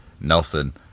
Nelson